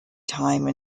time